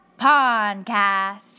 podcast